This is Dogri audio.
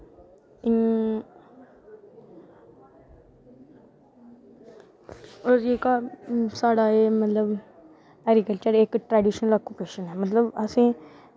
होर साढ़े जेह्का एह् मतलब ऐग्रीकल्चर इक ट्राडिशनल अक्कुपेशन ऐ मतलब